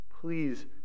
please